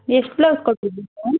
ಎಷ್ಟು ಬ್ಲೌಸ್ ಕೊಟ್ಟಿದ್ದಿರಿ ಮ್ಯಾಮ್